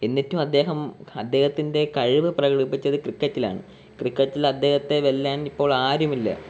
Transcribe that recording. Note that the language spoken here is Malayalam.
എന്നിട്ടും അദ്ദേഹം അദ്ദേഹത്തിൻ്റെ കഴിവ് പ്രകടിപ്പിച്ചത് ക്രിക്കറ്റിലാണ് ക്രിക്കറ്റിൽ അദ്ദേഹത്തെ വെല്ലാൻ ഇപ്പോള്ളാരുമില്ല